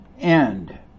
end